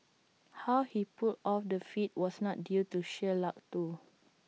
how he pulled off the feat was not due to sheer luck though